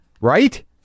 right